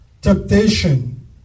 temptation